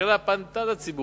הממשלה פנתה לציבור,